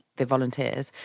the volunteers,